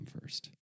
first